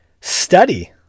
Study